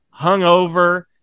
hungover